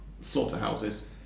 slaughterhouses